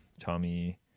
Tommy